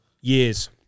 years